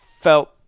felt